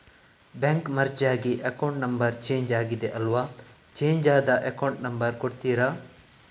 Bank merge ಆಗಿ account number change ಆಗಿದೆ ಅಲ್ವಾ, ಚೇಂಜ್ ಆದ ಅಕೌಂಟ್ ನಂಬರ್ ಕೊಡ್ತೀರಾ?